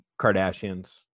Kardashians